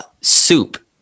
soup